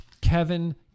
Kevin